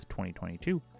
2022